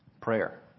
prayer